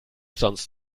sonst